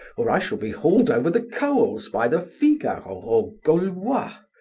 or i shall be hauled over the coals by the figaro or gaulois.